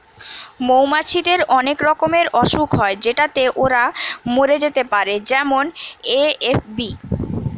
মৌমাছিদের অনেক রকমের অসুখ হয় যেটাতে ওরা মরে যেতে পারে যেমন এ.এফ.বি